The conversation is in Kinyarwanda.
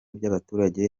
by’abaturage